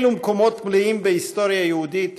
אלו מקומות מלאים בהיסטוריה יהודית